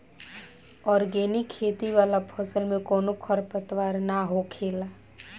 organic खेती वाला फसल में कवनो खर पतवार ना होखेला